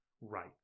right